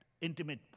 intimate